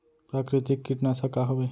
प्राकृतिक कीटनाशक का हवे?